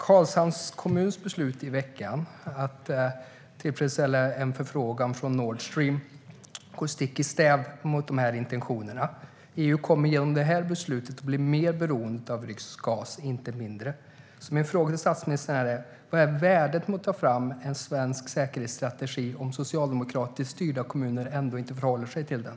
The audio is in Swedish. Karlshamns kommuns beslut i veckan att tillmötesgå en förfrågan från Nord Stream går stick i stäv mot dessa intentioner. EU kommer genom detta beslut att bli mer beroende av rysk gas, inte mindre. Så min fråga till statsministern är: Vad är värdet med att ta fram en svensk säkerhetsstrategi om socialdemokratiskt styrda kommuner ändå inte håller sig till den?